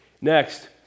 Next